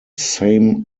same